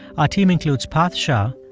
our team includes parth shah,